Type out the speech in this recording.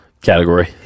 category